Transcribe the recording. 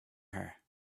her